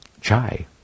chai